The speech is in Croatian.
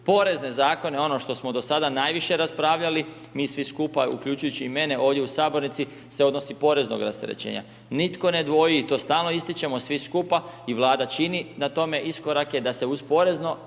porezne zakone, ono što smo do sada najviše raspravljali, mi svi skupa, uključujući i mene ovdje u sabornici, se odnosi poreznog rasterećenja. Nitko ne dvoji, to stalno ističemo svi skupa, i Vlada čini na tome iskorake da se uz porezno